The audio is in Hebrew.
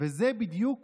וזה בדיוק